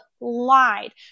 lied